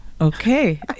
Okay